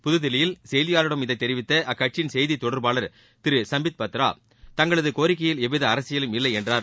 புதுதில்லியில் செய்தியாளர்களிடம் இதை தெரிவித்த அக்கட்சியின் செய்தி தொடர்பாக திரு சும்பித் பத்ரா தங்களது கோரிக்கையில் எவ்வித அரசியலும் இல்லை என்றார்